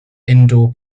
indoor